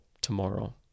tomorrow